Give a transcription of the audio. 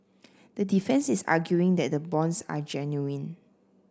the defence is arguing that the bonds are genuine